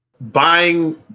buying